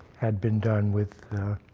had been done with